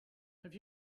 have